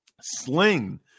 Sling